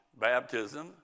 baptism